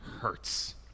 hurts